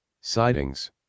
Sightings